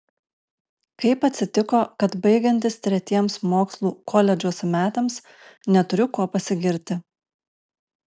kaip atsitiko kad baigiantis tretiems mokslų koledžuose metams neturiu kuo pasigirti